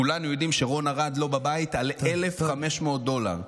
כולנו יודעים שרון ארד לא בבית על 1,500 דולר.